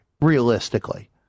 realistically